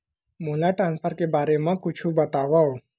मोला ट्रान्सफर के बारे मा कुछु बतावव?